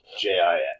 J-I-N